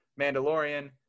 Mandalorian